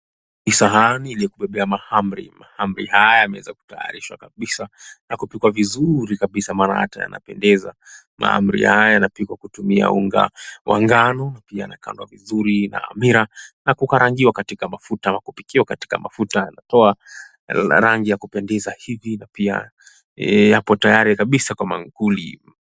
Ni sahani iliyo ya kubebea mahamri. Mahamri haya yameweza kutayarishwa kabisa na kupikwa vizuri kabisa maana hata yanapendeza. Mahamri haya yanapikwa kutumia unga wa ngano pia yanakaangwa vizuri na hamira na kukarangiwa katika mafuta wa kupikia katika mafuta poa ya rangi ya kupendeza hivi na pia yapo tayari kabisa kwa maakuli.